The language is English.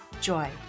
joy